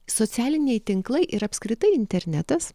socialiniai tinklai ir apskritai internetas